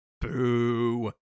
Boo